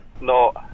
No